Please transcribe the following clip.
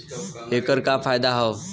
ऐकर का फायदा हव?